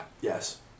Yes